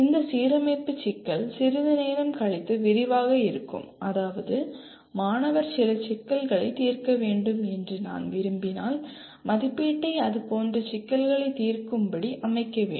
இந்த சீரமைப்பு சிக்கல் சிறிது நேரம் கழித்து விரிவாக இருக்கும் அதாவது மாணவர் சில சிக்கல்களை தீர்க்க வேண்டும் என்று நான் விரும்பினால் மதிப்பீட்டை அதுபோன்ற சிக்கல்களை தீர்க்கும்படி அமைக்க வேண்டும்